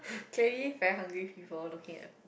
clearly very hungry before looking at